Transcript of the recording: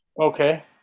Okay